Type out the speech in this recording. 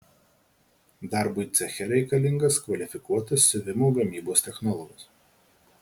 darbui ceche reikalingas kvalifikuotas siuvimo gamybos technologas